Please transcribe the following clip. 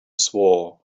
swore